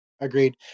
agreed